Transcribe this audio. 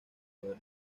poder